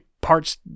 parts